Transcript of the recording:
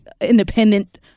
independent